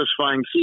satisfying